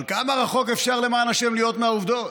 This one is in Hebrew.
כמה רחוק אפשר להיות מן העובדות,